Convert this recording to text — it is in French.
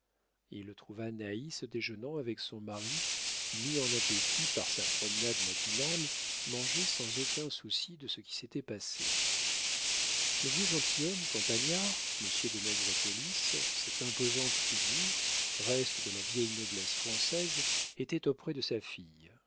il trouva naïs déjeunant avec son mari qui mis en appétit par sa promenade matinale mangeait sans aucun souci de ce qui s'était passé le vieux gentilhomme campagnard monsieur de nègrepelisse cette imposante figure reste de la vieille noblesse française était auprès de sa fille